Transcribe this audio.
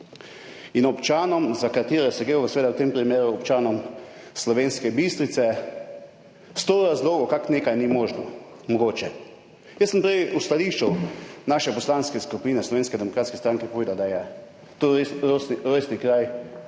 in občanom, za katere gre, seveda v tem primeru občanom Slovenske Bistrice, razlagati sto razlogov, kako nekaj ni mogoče. Jaz sem prej v stališču naše poslanske skupine Slovenske demokratske stranke povedal, da je to rojstni kraj